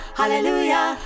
hallelujah